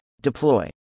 Deploy